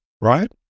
right